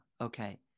okay